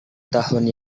tahun